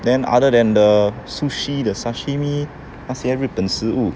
then other than the sushi the sashimi 那些日本食物